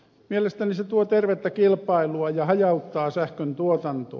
mielestäni se tuo tervettä kilpailua ja hajauttaa sähköntuotantoa